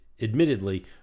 Admittedly